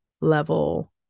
level